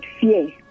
fear